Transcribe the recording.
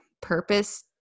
purpose